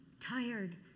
tired